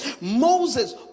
Moses